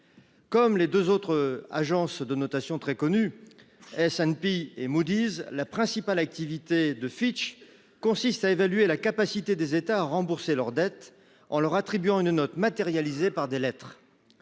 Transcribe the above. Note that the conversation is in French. Comme les 2 autres agences de notation très connu. Et ça ne et Moody's. La principale activité de Fitch consiste à évaluer la capacité des États à rembourser leurs dettes en leur attribuant une note matérialisée par des lettres.